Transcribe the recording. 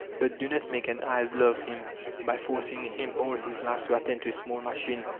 but do not make an idler of him by forcing him all his life to attend to a small machine,